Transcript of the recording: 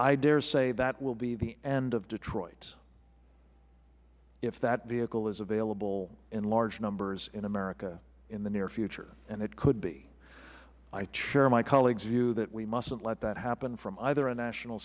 i dare say that will be the end of detroit if that vehicle is available in large numbers in america in the near future and it could be i share my colleagues view that we mustn't let that happen from a national